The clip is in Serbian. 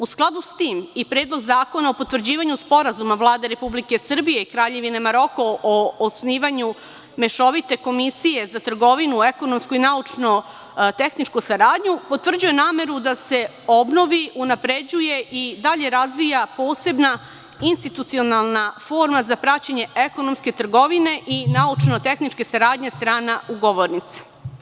U skladu sa tim i Predlog zakona o potvrđivanju Sporazuma Vlade Republike Srbije i Kraljevine Maroko o osnivanju mešovite komisije za trgovinu, ekonomsko i naučno-tehničku saradnju potvrđuje nameru da se obnovi, unapređuje i dalje razvija posebna institucionalna forma za praćenje ekonomske trgovine i naučno-tehničke saradnje strana ugovornica.